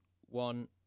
one